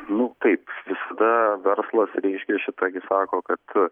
nu kaip visada verslas reiškia šita gi sako kad